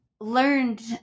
learned